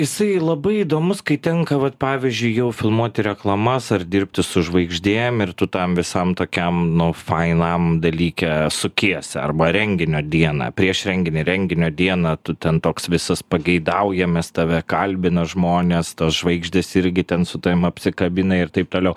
jisai labai įdomus kai tenka vat pavyzdžiui jau filmuoti reklamas ar dirbti su žvaigždėm ir tu tam visam tokiam nu fainam dalyke sukiesi arba renginio dieną prieš renginį renginio dieną tu ten toks visas pageidaujamas tave kalbina žmonės tos žvaigždės irgi ten su tavim apsikabina ir taip toliau